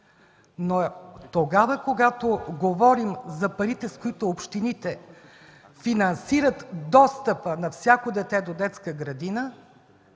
но тогава, когато говорим за парите, с които общините финансират достъпа на всяко дете до детска градина,